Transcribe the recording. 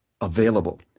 available